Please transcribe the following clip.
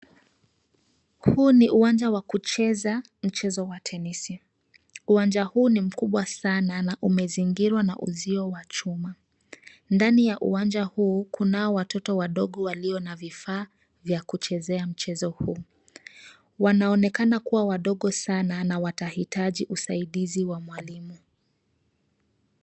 Huu ni uwanja wa kucheza mchezo wa tenisi. Uwanja huu ni mkubwa sana na umezingirwa na uzio wa chuma. Ndani ya uwanja huu kunao watoto wadogo walio na vifaa vya kuchezea mchezo huu. Wanaonekana kuwa wadogo sana na watahitaji usaidizi wa mwalimu.